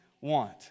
want